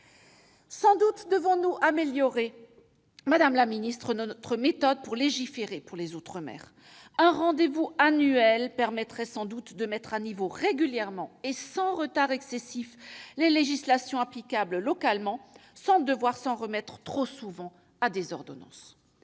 Sans doute devons-nous améliorer, madame la ministre, notre méthode pour légiférer pour les outre-mer : un rendez-vous annuel permettrait sans doute de mettre à niveau régulièrement, et sans retard excessif, les législations applicables localement, sans devoir s'en remettre trop souvent à des ordonnances.